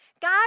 God